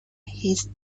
his